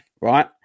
right